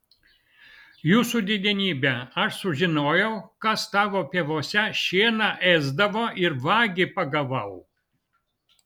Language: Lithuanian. jūsų didenybe aš sužinojau kas tavo pievose šieną ėsdavo ir vagį pagavau